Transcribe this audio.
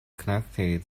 connected